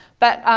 but,